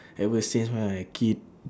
ever since when I a kid